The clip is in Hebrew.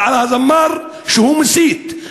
אבל על זמר שמסית,